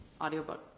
audiobook